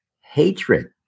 hatred